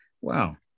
Wow